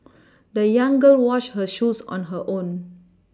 the young girl washed her shoes on her own